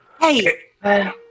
Hey